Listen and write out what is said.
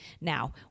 Now